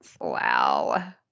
Wow